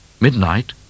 Midnight